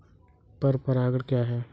पर परागण क्या है?